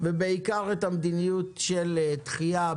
ובעיקר את המדיניות של דחייה,